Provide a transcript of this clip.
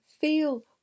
feel